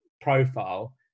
profile